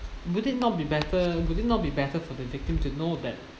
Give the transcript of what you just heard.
would it not be better would it not be better for the victim to know that